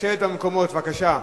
לשבת במקומות, בבקשה.